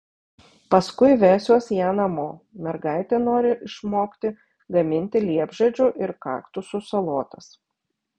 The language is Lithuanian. paskui vesiuosi ją namo mergaitė nori išmokti gaminti liepžiedžių ir kaktusų salotas